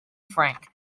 frank